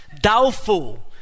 doubtful